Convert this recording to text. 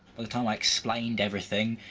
the time i'd explained everything.